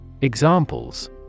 Examples